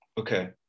okay